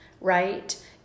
right